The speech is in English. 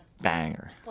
Banger